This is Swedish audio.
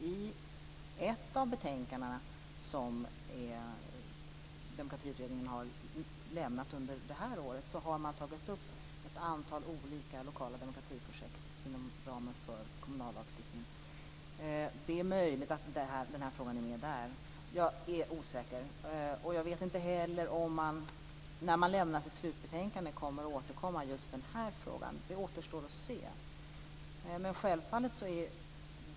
I ett av betänkandena som demokratiutredningen har lämnat under året har man tagit upp ett antal olika lokala demokratiprojekt inom ramen för den kommunala lagstiftningen. Det är möjligt att frågan finns med där. Jag är osäker. Jag vet inte heller om man när slutbetänkandet kommer att läggas fram kommer att återkomma i just den frågan. Det återstår att se.